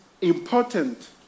important